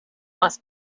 must